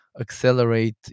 accelerate